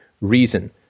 reason